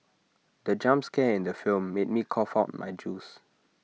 the jump scare in the film made me cough out my juice